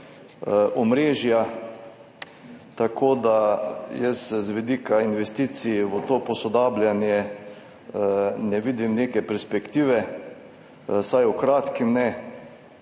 omrežja, tako da jaz z vidika investicij v tem posodabljanju ne vidim neke perspektive, vsaj v kratkem ne.